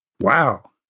wow